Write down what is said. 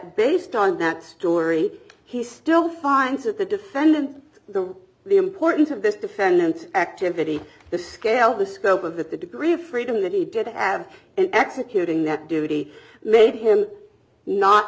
based on that story he still finds that the defendant the the importance of this defendant activity the scale the scope of that the degree of freedom that he did have in executing that duty made him not